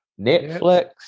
Netflix